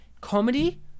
comedy